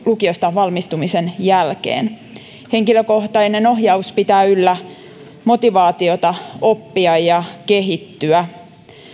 lukiosta valmistumisen jälkeen henkilökohtainen ohjaus pitää yllä motivaatiota oppia ja kehittyä